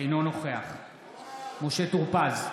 אינו נוכח משה טור פז,